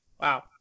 Wow